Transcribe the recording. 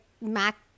Mac